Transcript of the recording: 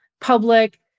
public